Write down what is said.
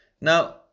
now